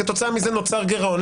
כתוצאה מזה נוצר גרעון,